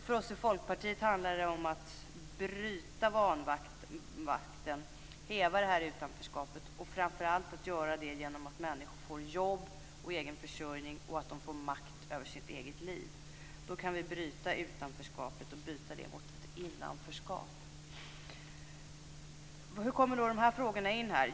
För oss i Folkpartiet handlar det om att bryta vanmakten och häva utanförskapet och göra det genom att se till att människor får jobb och egen försörjning och makt över sitt eget liv. Då kan vi bryta utanförskapet och byta det mot ett innanförskap. Hur kommer de här frågorna in här?